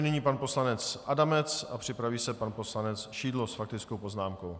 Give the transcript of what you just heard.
Nyní pan poslanec Adamec a připraví se pan poslanec Šidlo s faktickou poznámkou.